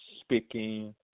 speaking